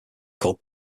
called